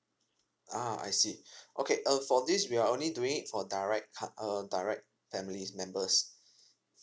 ah I see okay uh for this we are only doing it for direct cut~ err direct family members